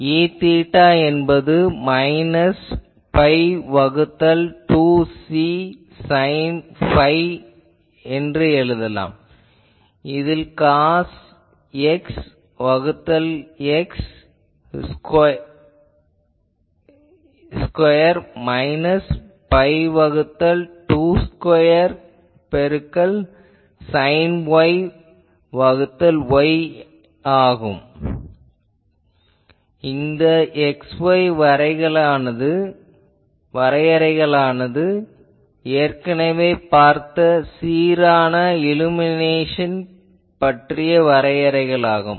Eθ என்பது minus pi வகுத்தல் 2 C sine phi என எழுதலாம் இதில் காஸ் X வகுத்தல் X ஸ்கொயர் மைனஸ் பை வகுத்தல் 2 ஸ்கொயர் பெருக்கல் சைன் Y வகுத்தல் Y ஆகும் இந்த X Y வரையறைகளானது ஏற்கனவே பார்த்த சீரான இல்லுமினேஷன் வரையறைகளாகும்